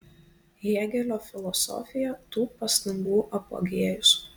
hėgelio filosofija tų pastangų apogėjus